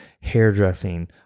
hairdressing